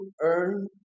earn